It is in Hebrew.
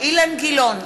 אילן גילאון,